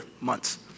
months